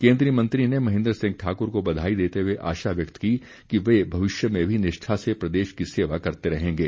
केन्द्रीय मंत्री ने महेन्द्र सिंह ठाकुर को बधाई देते हुए आशा व्यक्त कि वे भविष्य में भी निष्ठा से प्रदेश की सेवा करते रहेंगे